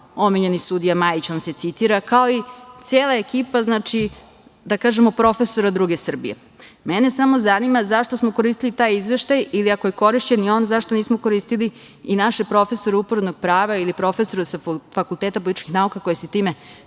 omiljeni sudija Majić, on se citira, kao i cela ekipa, znači, da kažemo, profesora druge Srbije. Mene samo zanima zašto smo koristili taj izveštaj ili ako je korišćen i on zašto nismo koristili i naše profesore uporednog prava ili profesore sa Fakulteta političkih nauka koji se time